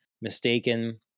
mistaken